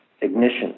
ignition